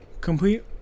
complete